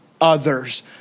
others